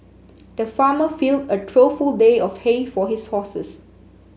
the farmer filled a trough full of hay for his horses